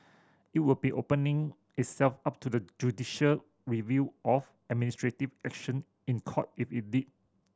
it would be opening itself up to the judicial review of administrative action in Court if it did